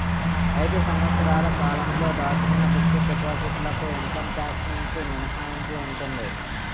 ఐదు సంవత్సరాల కాలంతో దాచుకున్న ఫిక్స్ డిపాజిట్ లకు ఇన్కమ్ టాక్స్ నుంచి మినహాయింపు ఉంటుంది